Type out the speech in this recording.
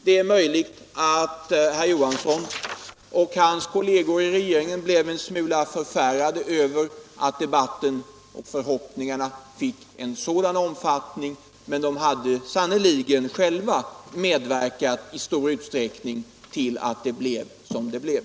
Det är möjligt att herr Johansson och hans kolleger i regeringen blev en smula förfärade över att debatten och förhoppningarna fick en sådan omfattning, men de hade sannerligen själva i stor utsträckning medverkat till att det blev som det blev.